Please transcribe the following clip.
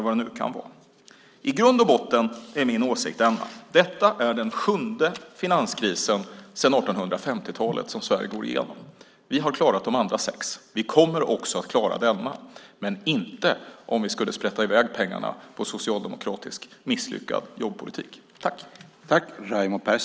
Det här är min åsikt: Detta är den sjunde finanskris som Sverige går igenom sedan 1850-talet. Vi har klarat de tidigare sex. Vi kommer att klara denna också, men inte om vi sprätter i väg pengarna på socialdemokratisk misslyckad jobbpolitik.